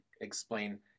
explain